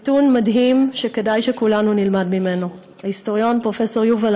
נתון מדהים שכדאי שכולנו נלמד ממנו: ההיסטוריון פרופ' יובל